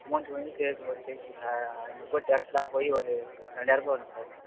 amount வந்து cake ஒரு cake சா ஐந்நூறுரூவா டேக்ஸெல்லாம் போய் ஒரு ரெண்டாயிரம் ரூபாய் வரும் சார்